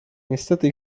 niestety